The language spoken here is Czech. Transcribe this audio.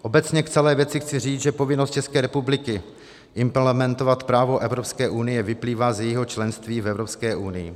Obecně k celé věci chci říct, že povinnost České republiky implementovat právo Evropské unie vyplývá z jejího členství v Evropské unii.